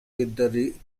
with